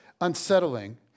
unsettling